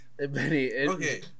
okay